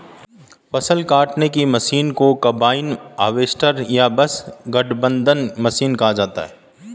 फ़सल काटने की मशीन को कंबाइन हार्वेस्टर या बस गठबंधन मशीन कहा जाता है